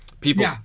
people